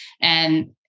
And-